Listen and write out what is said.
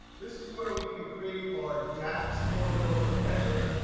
this is where we can create our dax formulas or measures.